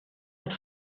had